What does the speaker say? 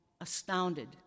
astounded